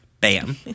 Bam